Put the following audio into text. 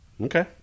Okay